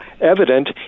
evident